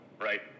right